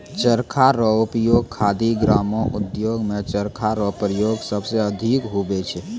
चरखा रो उपयोग खादी ग्रामो उद्योग मे चरखा रो प्रयोग सबसे अधिक हुवै छै